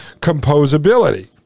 composability